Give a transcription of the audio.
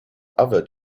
other